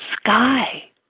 sky